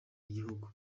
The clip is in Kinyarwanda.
igihugu